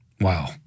Wow